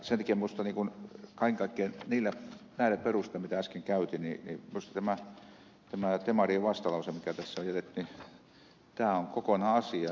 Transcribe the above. sen takia minusta kaiken kaikkiaan näillä perusteilla mitä äsken käytin tämä demarien vastalause mikä tähän on jätetty on kokonaan asiaa